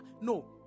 No